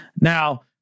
Now